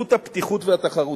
בזכות הפתיחות והתחרותיות.